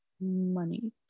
Money